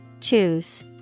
Choose